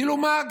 כאילו מה?